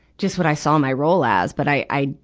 just what i saw my role as. but i, i,